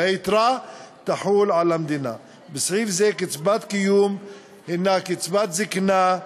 והיתרה תחול על המדינה.; בסעיף זה קצבת קיום הנה קצבת זיקנה,